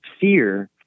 fear